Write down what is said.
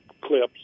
clips